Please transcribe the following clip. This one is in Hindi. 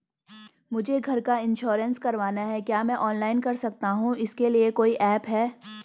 मुझे घर का इन्श्योरेंस करवाना है क्या मैं ऑनलाइन कर सकता हूँ इसके लिए कोई ऐप है?